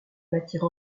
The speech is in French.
matière